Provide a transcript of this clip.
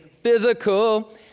physical